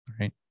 right